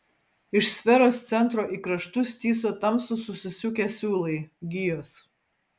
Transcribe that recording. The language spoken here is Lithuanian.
iš sferos centro į kraštus tįso tamsūs susisukę siūlai gijos